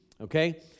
okay